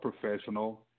professional